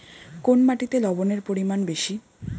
কোন মাটিতে লবণের পরিমাণ বেশি?